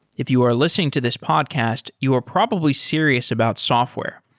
if you are listening to this podcast, you are probably serious about software.